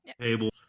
table